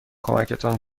کمکتان